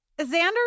Xander